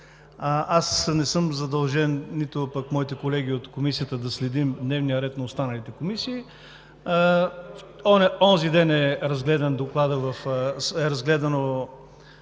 Аз не съм задължен, нито пък моите колеги от Комисията, да следим дневния ред на останалите комисии. Онзи ден е разгледан Вашият